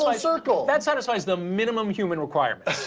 like circle. that satisfies the minimum human requirements,